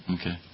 Okay